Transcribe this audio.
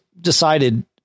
decided